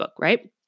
right